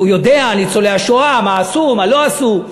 הוא יודע על ניצולי השואה, מה עשו, מה לא עשו.